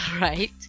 right